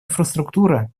инфраструктура